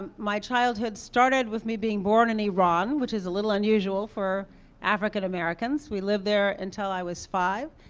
my childhood started with me being born in iran, which is a little unusual for african americans. we lived there until i was five.